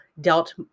dealt